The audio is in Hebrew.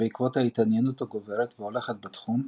בעקבות ההתעניינות הגוברת והולכת בתחום,